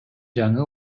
жаңы